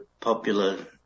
popular